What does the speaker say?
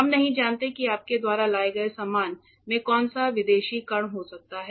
हम नहीं जानते कि आपके द्वारा लाए गए सामान में कौन सा विदेशी कण हो सकता है